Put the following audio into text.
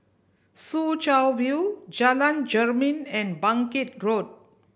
Soo Chow View Jalan Jermin and Bangkit Road